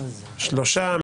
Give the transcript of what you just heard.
שלושה.